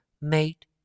mate